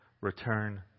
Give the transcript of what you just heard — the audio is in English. return